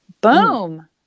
Boom